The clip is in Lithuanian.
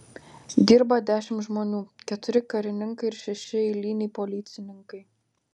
dirba dešimt žmonių keturi karininkai ir šeši eiliniai policininkai